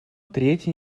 третье